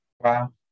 Wow